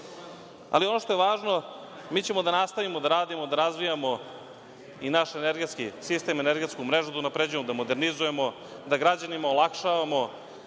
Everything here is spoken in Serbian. Ali ono što je važno, mi ćemo da nastavimo da radimo, da razvijamo i naš energetski sistem, energetsku mrežu da unapređujemo, da modernizujemo, da građanima olakšavamo